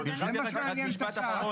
זה מה שמעניין את השר,